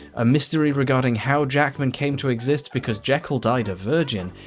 a mystery regarding how jackman came to exist, because jekyll died a virgin.